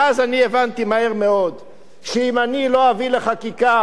ואז אני הבנתי מהר מאוד שאם אני לא אביא לחקיקה,